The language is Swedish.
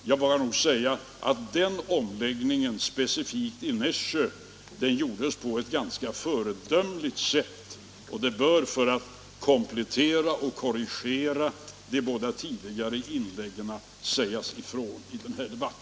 Jag vågar nog säga att omläggningen i Nässjö gjordes på ett ganska föredömligt sätt, och det bör för att komplettera och korrigera de båda tidigare inläggen sägas ifrån i denna debatt.